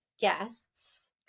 guests